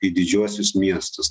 į didžiuosius miestus